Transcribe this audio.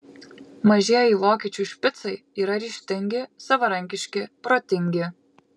mažieji vokiečių špicai yra ryžtingi savarankiški protingi